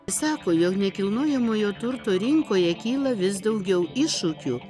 sako jog nekilnojamojo turto rinkoje kyla vis daugiau iššūkių